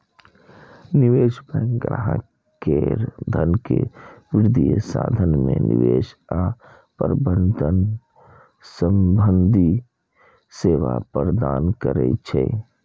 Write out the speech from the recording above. निवेश बैंक ग्राहक केर धन के वित्तीय साधन मे निवेश आ प्रबंधन संबंधी सेवा प्रदान करै छै